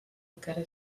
encara